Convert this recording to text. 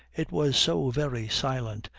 it was so very silent,